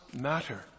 matter